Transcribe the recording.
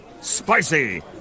Spicy